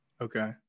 Okay